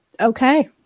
Okay